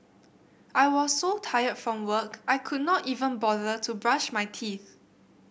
I was so tired from work I could not even bother to brush my teeth